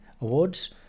awards